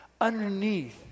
underneath